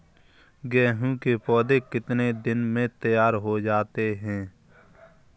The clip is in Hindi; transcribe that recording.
गेहूँ के पौधे कितने दिन में तैयार हो जाते हैं?